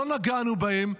לא נגענו בהם,